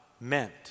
meant